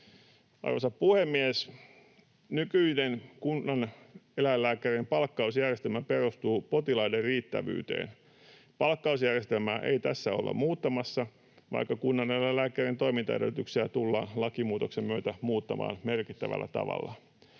Arvoisa puhemies! Nykyinen kunnaneläinlääkärien palkkausjärjestelmä perustuu potilaiden riittävyyteen. Palkkausjärjestelmää ei tässä olla muuttamassa, vaikka kunnaneläinlääkärin toimintaedellytyksiä tullaan lakimuutoksen myötä muuttamaan merkittävällä tavalla.